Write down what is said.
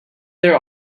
there